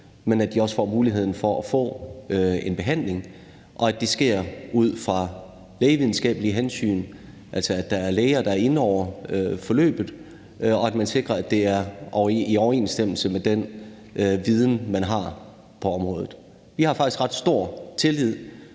men at de også får muligheden for at få en behandling, og at det sker ud fra lægevidenskabelige hensyn, altså at der er læger inde over forløbet, og at man sikrer, at det er i overensstemmelse med den viden, man har på området. Vi har faktisk ret stor tillid,